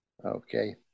Okay